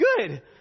good